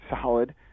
solid